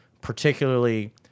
particularly